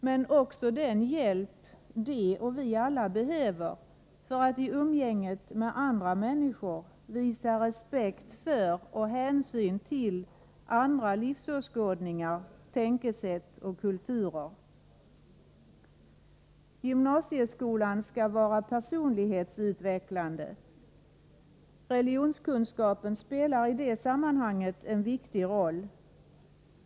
Men också den hjälp de och vi alla behöver för att i umgänget med andra människor visa respekt för och hänsyn till andra livsåskådningar, tänkesätt och kulturer. Gymnasieskolan skall vara personlighetsutvecklande. Religonskunskapen spelar i det sammanhanget en viktigt roll.